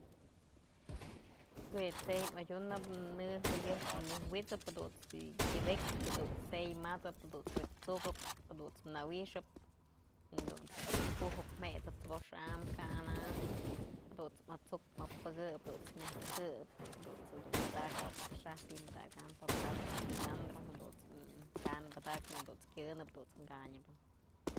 Jue tse'ey adyunëp, në jayëp myoj wi'isëp, jadunt's wen yëbëk, jadunt's tse'ey mat'sëp, jadunt's myoj t'sukëp, jadunt's na wixëp jadunt's dun bujëp mjesëp t'sëbox am, ka'an am, jadunt's asuk apëkëp, jadunt's myaj këbë, jadunt's jedun padaknëp akxaj ti'i padakam, pë papa, cilandro, jadunt's ka'an padaknëp, jadunt's kyënë, jadunt's kanyëp.